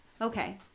Okay